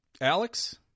Alex